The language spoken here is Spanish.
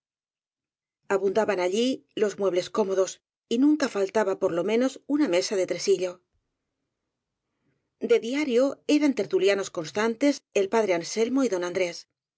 abundaban allí los muebles cómodos y nunca faltaba por lo menos una mesa de tresillo de diario eran tertulianos constantes el padre anselmo y don andrés